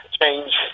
change